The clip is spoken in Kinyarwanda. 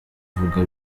avuga